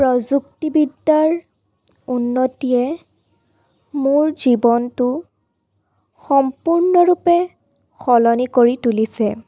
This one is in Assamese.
প্ৰযুক্তিবিদ্য়াৰ উন্নতিয়ে মোৰ জীৱনটো সম্পূৰ্ণৰূপে সলনি কৰি তুলিছে